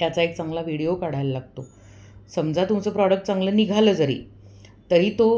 त्याचा एक चांगला व्हिडीओ काढायला लागतो समजा तुमचं प्रॉडक्ट चांगलं निघालं जरी तरी तो